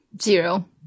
Zero